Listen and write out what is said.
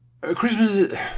Christmas